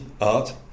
art